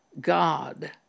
God